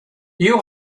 you